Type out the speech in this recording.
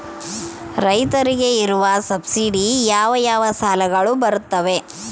ರೈತರಿಗೆ ಇರುವ ಸಬ್ಸಿಡಿ ಯಾವ ಯಾವ ಸಾಲಗಳು ಬರುತ್ತವೆ?